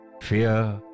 fear